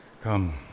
Come